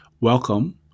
Welcome